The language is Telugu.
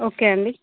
ఓకే అండి